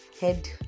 head